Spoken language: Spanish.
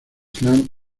islam